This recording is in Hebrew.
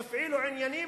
יפעילו עניינים,